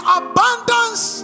abundance